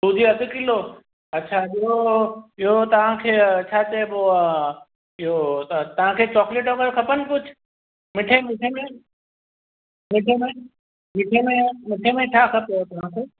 सूजी अधि किलो अछा ॿियो ॿियो तव्हांखे छा चइबो आहे इहो त तव्हांखे चॉकलेट में खपनि कुझु मिठे मिठे में मिठे में मिठे में छा खपेव तव्हांखे